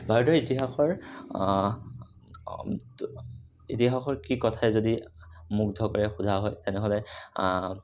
ভাৰতৰ ইতিহাসৰ ইতিহাসৰ কি কথাই যদি মুগ্ধ কৰে সোধা হয় তেনেহ'লে